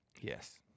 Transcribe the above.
Yes